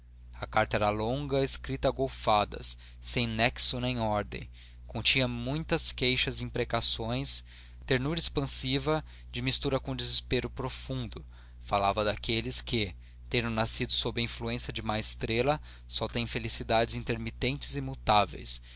a carta era longa escrita a golfadas sem nexo nem ordem continha muitas queixas e imprecações ternura expansiva de mistura com um desespero profundo falava daqueles que tendo nascido sob a influência de má estrela só têm felicidades intermitentes e mutáveis